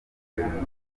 guverinoma